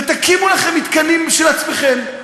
ותקימו לכם מתקנים של עצמכם,